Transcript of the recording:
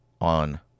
on